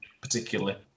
particularly